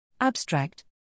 Abstract